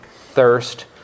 thirst